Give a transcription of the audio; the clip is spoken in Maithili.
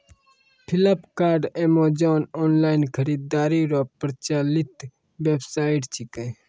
फ्लिपकार्ट अमेजॉन ऑनलाइन खरीदारी रो प्रचलित वेबसाइट छिकै